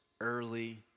early